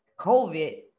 COVID